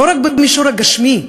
לא רק במישור הגשמי,